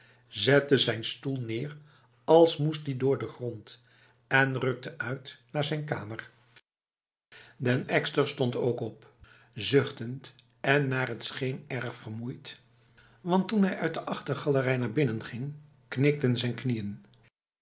zette zijn stoel neer als moest die door de grond en rukte uit naar zijn kamer den ekster stond ook op zuchtend en naar het scheen erg vermoeid want toen hij uit de achtergalerij naar binnen ging knikten zijn knieën